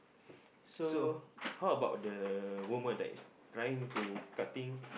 so how about the woman that is trying to cutting